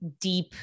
deep